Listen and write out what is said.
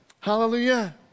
Hallelujah